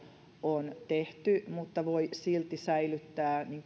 on tehty mutta voi silti säilyttää